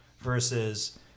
versus